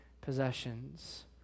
possessions